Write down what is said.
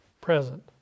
present